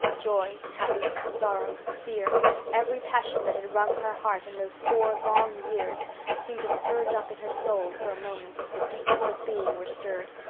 joy happiness sorrow fear every passion that had wrung her heart in those four long years seemed to surge up in her soul for a moment as the deeps of being were stirred.